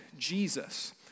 Jesus